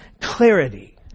Clarity